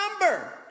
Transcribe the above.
number